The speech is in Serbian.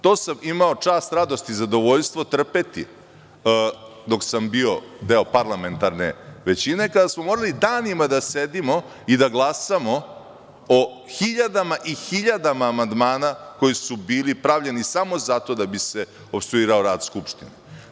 To sam imao čast, radost i zadovoljstvo trpeti dok sam bio deo parlamentarne većine i kada smo morali danima da sedimo i da glasamo o hiljadama i hiljadama amandmana koji su bili pravljeni samo zato da bi se opstruirao rad Skupštine.